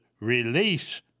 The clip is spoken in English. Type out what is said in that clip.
release